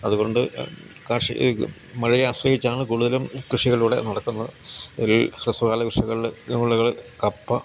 അതുകൊണ്ട് കാർഷിക മഴയെ ആശ്രയിച്ചാണ് കൂടുതലും കൃഷികളിവിടെ നടക്കുന്നത് അതിൽ ഹ്രസ്വകാല കൃഷികളിൽ വിളകൾ കപ്പ